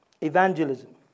evangelism